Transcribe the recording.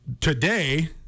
today